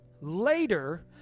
later